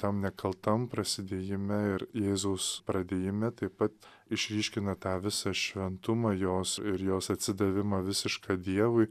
tam nekaltam prasidėjime ir jėzaus pradėjime taip pat išryškina tą visą šventumą jos ir jos atsidavimą visišką dievui